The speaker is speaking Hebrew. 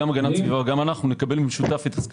גם המשרד להגנת הסביבה וגם אנחנו,